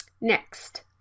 Next